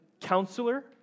counselor